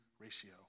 ratio